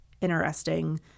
interesting